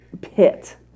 pit